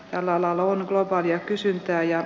tällä alalla on lupaavia kysyntää ja